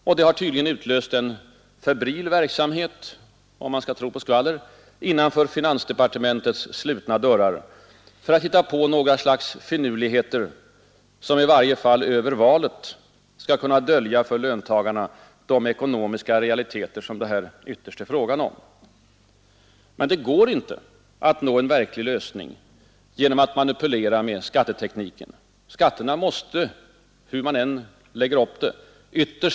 Och detta har tydligen utlöst en febril verksamhet om man skall tro på skvaller innanför finansdepartementets slutna dörrar för att hitta några slags finurligheter som i varje fall över valet skall kunna dölja för löntagarna de ekonomiska realiteter som det här ytterst är fråga om. Men det går inte att nå en verklig lösning genom att man manipuleri kattetekniken. Skatterna måste, hur man än lägger upp det, ytterst sinsatser.